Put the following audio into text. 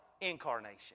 Incarnation